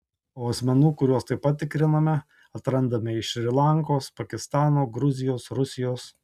o asmenų kuriuos taip pat tikriname atrandame iš šri lankos pakistano gruzijos rusijos